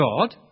God